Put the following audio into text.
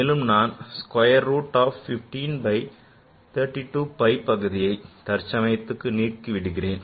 மேலும் நான் square root of 15 by 32 pi பகுதியை தற்சமயத்துக்கு நீக்கி விடுகிறேன்